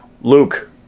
Luke